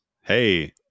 Hey